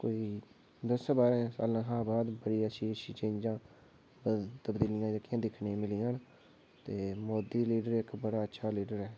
कोई दस्सें बाह्रें सालें बाद कोई अच्छी चीज होई तबदीलियां जेह्कियां दिक्खने गी मिलियां न ते मोदी लीडर इक बड़ा अच्छा लीडर ऐ